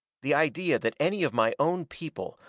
the idea that any of my own people,